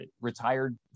retired